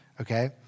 Okay